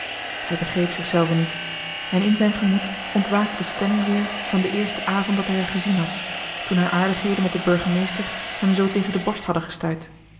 hij begreep zich zelven niet en in zijn gemoed ontwaakte de stemming weer van den eersten avond dat hij haar gezien had toen haar aardigheden met den burgemeester hem zoo tegen de borst hadden gestuit